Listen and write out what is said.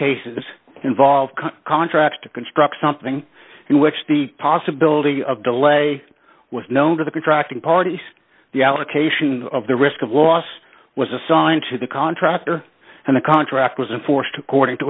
cases involve contracts to construct something in which the possibility of delay was known to the contracting parties the allocation of the risk of loss was assigned to the contractor and the contract was enforced according to